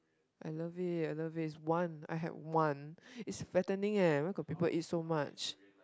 I love it I love it it's one I had one it's fattening leh where got people eat so much